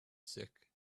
sick